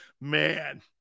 Man